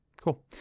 cool